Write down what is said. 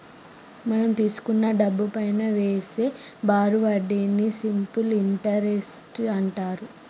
మనం తీసుకున్న డబ్బుపైనా వేసే బారు వడ్డీని సింపుల్ ఇంటరెస్ట్ అంటారు